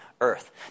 Earth